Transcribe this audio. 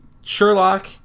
Sherlock